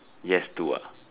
yes to ah